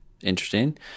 interesting